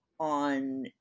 on